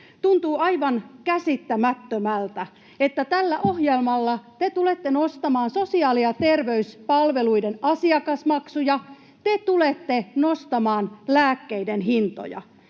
Tuntuu aivan käsittämättömältä, että tällä ohjelmalla te tulette nostamaan sosiaali- ja terveyspalveluiden asiakasmaksuja, te tulette nostamaan lääkkeiden hintoja.